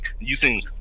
using